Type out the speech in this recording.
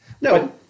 no